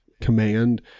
command